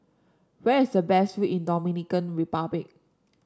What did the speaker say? where is the best view in Dominican Republic